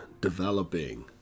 developing